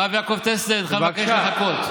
הרב יעקב טסלר, הינך מתבקש לחכות.